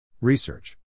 Research